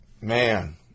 man